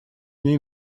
ней